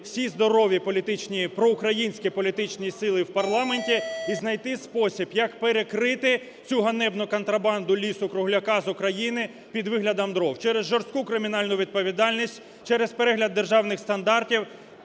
всі здорові політичні, проукраїнські політичні сили в парламенті і знайти спосіб як перекрити цю ганебну контрабанду лісу-кругляка з України під виглядом дров – через жорстку кримінальну відповідальність, через перегляд державних стандартів